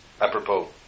apropos